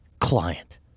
client